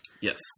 Yes